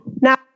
Now